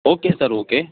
okay sir okay